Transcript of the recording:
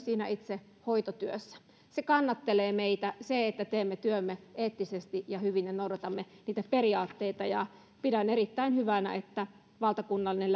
siinä itse hoitotyössä se kannattelee meitä se että teemme työmme eettisesti ja hyvin ja noudatamme niitä periaatteita ja pidän erittäin hyvänä että valtakunnallinen